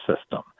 system